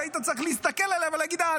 שהיית צריך להסתכל עליה ולהגיד: אה,